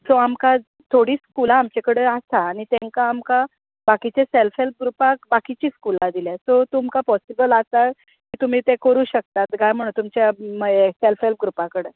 so आमकां थोडीं स्कुलां आमचे कडेन आसात आनी तेंका आमकां बाकीच्या सेल्फ हेल्प ग्रुपाक बाकीचीं स्कुलां दिल्यात सो तुमकां पोसिबल आसा की तुमी ते करूंक शकतात काय म्हण तुमच्या सेल्फ हेल्प ग्रुपा कडेन